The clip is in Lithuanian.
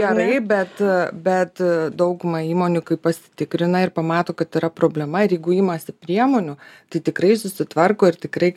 gerai bet bet dauguma įmonių pasitikrina ir pamato kad yra problema ir jeigu imasi priemonių tai tikrai susitvarko ir tikrai